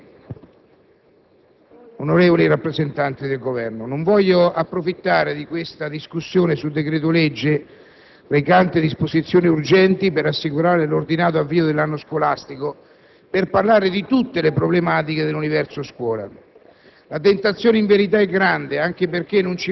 Signor Presidente, onorevoli colleghi, onorevoli rappresentanti del Governo, non voglio approfittare di questa discussione sul decreto-legge, recante disposizioni urgenti per assicurare l'ordinario avvio dell'anno scolastico, per parlare di tutte le problematiche dell'universo scuola.